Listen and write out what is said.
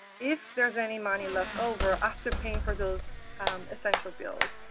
if there's any money left over after paying for those essential bills.